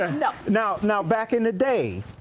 and not. now, now, back in the day,